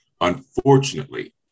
unfortunately